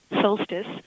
Solstice